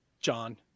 John